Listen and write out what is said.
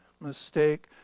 mistake